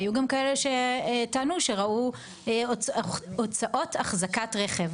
היו גם כאלה שטענו שראו הוצאות החזקת רכב.